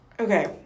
Okay